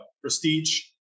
prestige